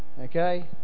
Okay